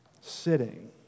sitting